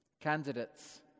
Candidates